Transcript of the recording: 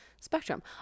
spectrum